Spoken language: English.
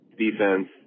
defense